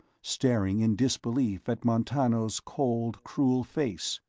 staring in disbelief at montano's cold, cruel face.